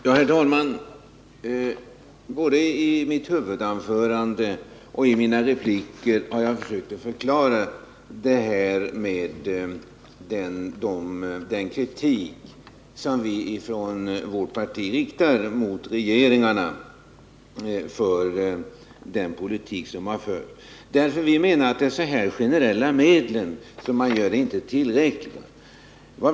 Herr talman! Både i mitt huvudanförande och i mina repliker har jag försökt förklara den kritik som vi från vårt parti riktar mot de borgerliga regeringarna för den politik som de har fört. De generella medel som man använt har inte varit tillräckliga.